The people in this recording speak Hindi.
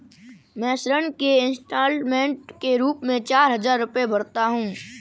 मैं ऋण के इन्स्टालमेंट के रूप में चार हजार रुपए भरता हूँ